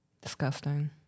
Disgusting